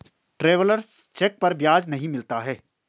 travellers cheque पर ब्याज नहीं मिलता है